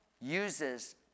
uses